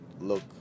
look